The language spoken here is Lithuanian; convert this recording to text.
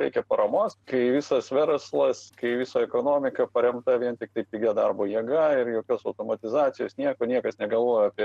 reikia paramos kai visas verslas kai visa ekonomika paremta vien tiktai pigia darbo jėga ir jokios automatizacijos nieko niekas negalvoja apie